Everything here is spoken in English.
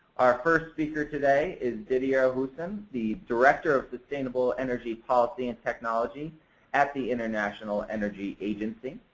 our first speaker today is didier houssin, the director of sustainable energy policy and technology at the international energy agency.